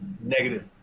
Negative